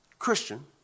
Christian